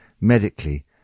Medically